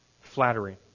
flattery